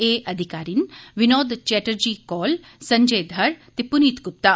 एह् अफसर न विनोद चैटर्जी कौल संजय धर ते पुनीत गुप्ता